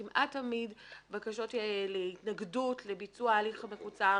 כמעט תמיד בקשות להתנגדות לביצוע ההליך המקוצר